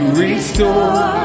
restore